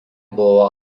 buvo